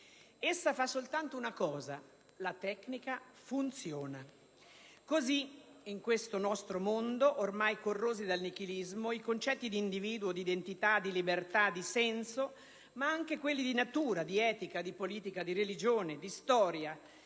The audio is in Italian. Esso fa solo una cosa: funziona. Così, in questo nostro mondo, ormai corrosi dal nichilismo, i concetti di individuo, di identità, di libertà, di senso, ma anche quelli di natura, di etica, di politica, di religione, di storia,